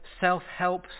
self-help